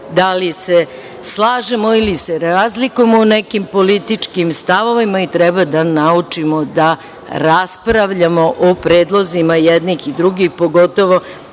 da li se slažemo ili se razlikujemo u nekim političkim stavovima i treba da naučimo da raspravljamo o predlozima jednih i drugih, pogotovo